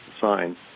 sign